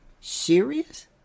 Serious